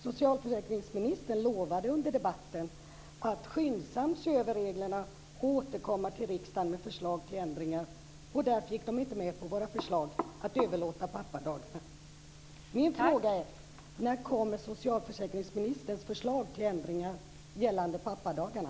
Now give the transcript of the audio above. Socialförsäkringsministern lovade under debatten att skyndsamt se över reglerna och återkomma till riksdagen med förslag till ändringar. Därför gick man inte med på vårt förslag om överlåtande av pappadagarna.